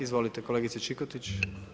Izvolite, kolegice Čikotić.